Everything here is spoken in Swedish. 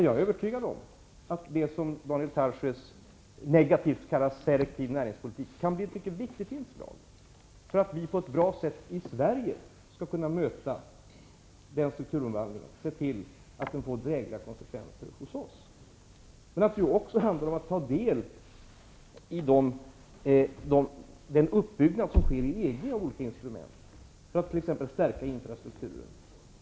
Jag är övertygad om att det som Daniel Tarschys negativt kallar selektiv näringspolitik kan bli ett mycket viktigt inslag för att vi på ett bra sätt i Sverige skall kunna möta den strukturomvandlingen och se till att den får drägliga konsekvenser hos oss. Det handlar också om att ta del i den uppbyggnad som sker inom EG av olika instrument för att t.ex. stärka infrastrukturen.